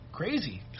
Crazy